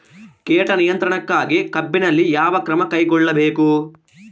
ಕೇಟ ನಿಯಂತ್ರಣಕ್ಕಾಗಿ ಕಬ್ಬಿನಲ್ಲಿ ಯಾವ ಕ್ರಮ ಕೈಗೊಳ್ಳಬೇಕು?